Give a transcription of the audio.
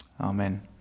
Amen